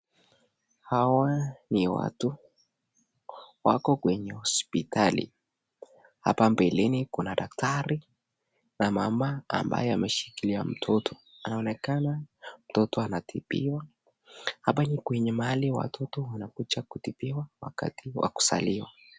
Hawa ni watu wako kwenye hospitali hapa mbeleni kuna daktari na mama ambaye ameshikilia mtoto anaonekana mtoto anatibiwa, hapa ni kwenye mahali watoto wanakuja kutibiwa wakati wa kuzaliwa.